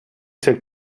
took